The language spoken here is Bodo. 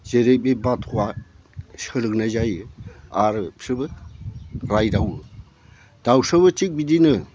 जेरै बे बाथ'आ सोलोंनाय जायो आरो बिसोरबो रायदावो दाउस्रियाबो थिख बिदिनो